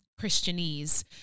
Christianese